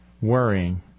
worrying